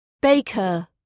Baker